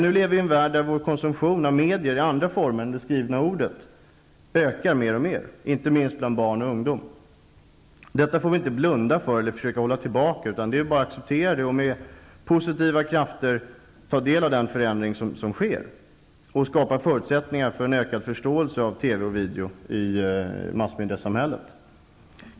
Nu lever vi i en värld där vår konsumtion av medier i andra former än det skrivna ordet ökar mer och mer, inte minst bland barn och ungdom. Vi får inte blunda för detta eller försöka hålla det tillbaka. Det är bara att acceptera och med positiva krafter ta del av den förändring som sker och skapa förutsättningar för en ökad förståelse av TV och video i massmediesamhället.